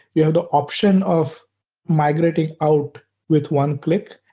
you have the option of migrating out with one click.